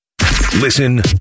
Listen